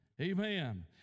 Amen